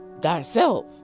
thyself